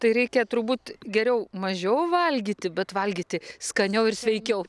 tai reikia turbūt geriau mažiau valgyti bet valgyti skaniau ir sveikiau